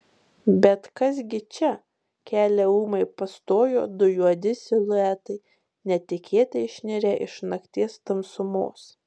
bet kas gi čia kelią ūmai pastojo du juodi siluetai netikėtai išnirę iš nakties tamsumos